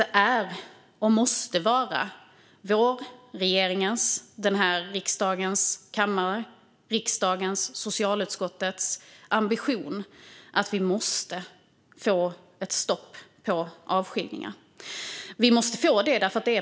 Det är och måste vara vår, regeringens, den här riksdagens kammares och riksdagens socialutskotts ambition att få ett stopp på avskiljningar.